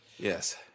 Yes